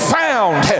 found